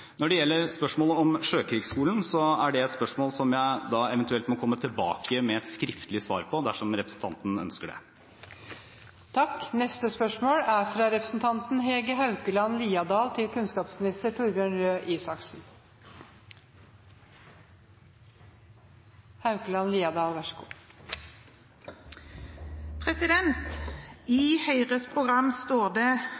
Når det gjelder spørsmålet om Sjøkrigsskolen, er det et spørsmål som jeg eventuelt må komme tilbake med et skriftlig svar på, dersom representanten ønsker det. «I Høyres program står det at Høyre vil styrke kompetansen til